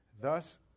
Thus